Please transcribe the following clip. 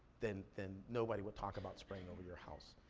then then nobody would talk about spraying over your house.